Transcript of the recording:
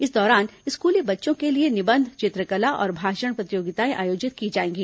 इस दौरान स्कूली बच्चों के लिए निबंध चित्रकला और भाषण प्रतियोगिताएं आयोजित की जाएंगी